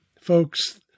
folks